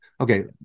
okay